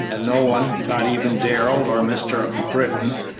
and no one, not even darrell or mr. britton,